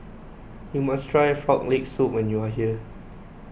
you must try Frog Leg Soup when you are here